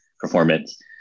performance